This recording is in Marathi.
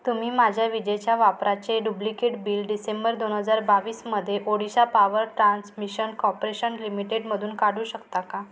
तुम्ही माझ्या विजेच्या वापराचे डुब्लिकेट बिल डिसेंबर दोन हजार बावीसमध्ये ओडिशा पॉवर ट्रान्समिशन कॉपरेशन लिमिटेडमधून काढू शकता का